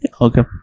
Okay